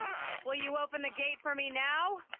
will you open the gate for me now?